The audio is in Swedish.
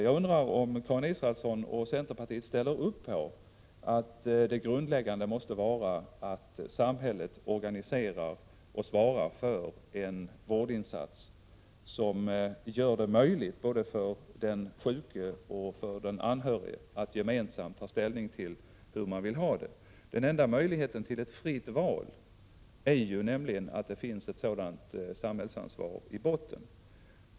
Jag undrar om Karin Israelsson och centerpartiet ställer upp på att det grundläggande måste vara att samhället organiserar och svarar för en vårdinsats som gör det möjligt för den sjuke och den anhörige att gemensamt ta ställning till hur man vill ha det. Den enda möjligheten till ett fritt val är nämligen att det finns ett sådant samhällsansvar i botten.